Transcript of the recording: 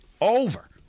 over